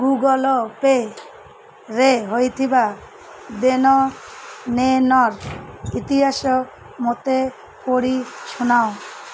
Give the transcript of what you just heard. ଗୁଗଲ୍ପେରେ ହୋଇଥିବା ଦେନ ନେନ ଇତିହାସ ମୋତେ ପଢ଼ି ଶୁଣାଅ